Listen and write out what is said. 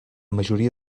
majoria